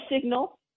signal